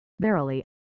Verily